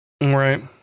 Right